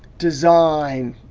design.